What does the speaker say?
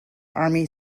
army